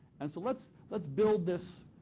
and so let's let's build this.